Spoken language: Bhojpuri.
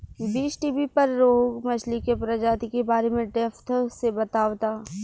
बीज़टीवी पर रोहु मछली के प्रजाति के बारे में डेप्थ से बतावता